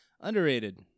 Underrated